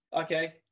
Okay